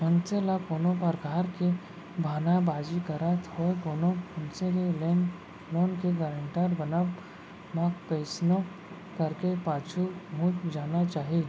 मनसे ल कोनो परकार के बहाना बाजी करत होय कोनो मनसे के लोन के गारेंटर बनब म कइसनो करके पाछू घुंच जाना चाही